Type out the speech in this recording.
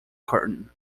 curtain